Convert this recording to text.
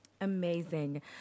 Amazing